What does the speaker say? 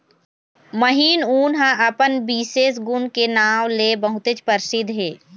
महीन ऊन ह अपन बिसेस गुन के नांव ले बहुतेच परसिद्ध हे